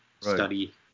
study